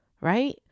right